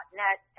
net